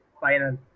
final